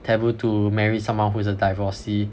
taboo to marry someone who is a divorcee